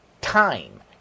time